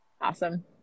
awesome